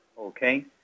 Okay